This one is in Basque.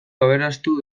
aberastu